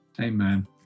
amen